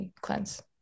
cleanse